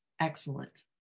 Excellent